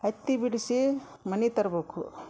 ಹತ್ತಿ ಬಿಡಸಿ ಮನಿಗೆ ತರಬೇಕು